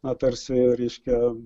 na tarsi reiškia